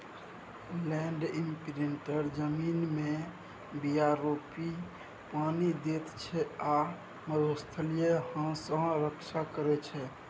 land imprinter जमीनमे बीया रोपि पानि दैत छै आ मरुस्थलीय हबा सँ रक्षा करै छै